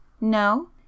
No